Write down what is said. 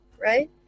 right